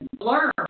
learn